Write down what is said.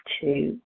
two